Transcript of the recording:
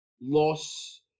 loss